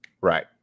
Right